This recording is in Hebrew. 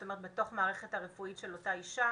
זאת אומרת בתוך אותה מערכת רפואית של אותה אישה,